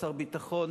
שר ביטחון,